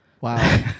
Wow